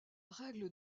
règle